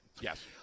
yes